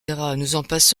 passons